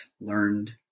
learned